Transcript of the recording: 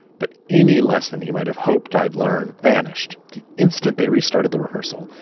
but any less than he might have hoped i'd learn. vanished the instant they restarted the rehearsal.